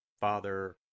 Father